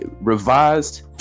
revised